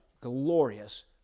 glorious